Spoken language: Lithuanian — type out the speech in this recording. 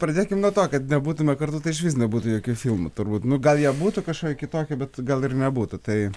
pradėkim nuo to kad nebūtume kartu tai išvis nebūtų jokių filmų turbūt nu gal jie būtų kažkokie kitokie bet gal ir nebūtų tai